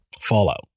Fallout